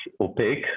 opaque